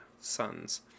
sons